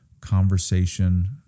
conversation